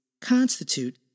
constitute